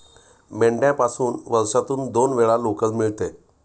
मेंढ्यापासून वर्षातून दोन वेळा लोकर मिळते